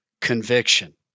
conviction